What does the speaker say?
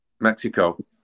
Mexico